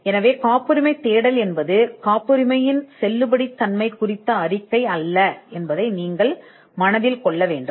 எனவே காப்புரிமை தேடல் என்பது காப்புரிமையின் செல்லுபடியாகும் அறிக்கை அல்ல என்பதை நீங்கள் மனதில் கொள்ள வேண்டும்